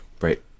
Right